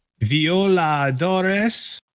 violadores